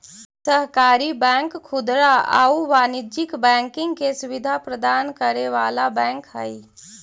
सहकारी बैंक खुदरा आउ वाणिज्यिक बैंकिंग के सुविधा प्रदान करे वाला बैंक हइ